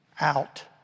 out